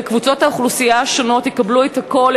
ושקבוצות האוכלוסייה השונות יקבלו את הקול,